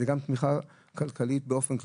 זה גם תמיכה כלכלית באופן כללי,